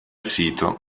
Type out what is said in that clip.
sito